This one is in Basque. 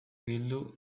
bildu